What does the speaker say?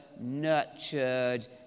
nurtured